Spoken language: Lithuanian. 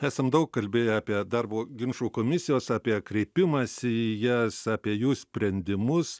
esam daug kalbėję apie darbo ginčų komisijos apie kreipimąsi į jas apie jų sprendimus